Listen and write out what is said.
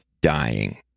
dying